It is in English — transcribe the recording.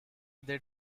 they